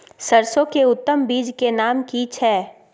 सरसो के उत्तम बीज के नाम की छै?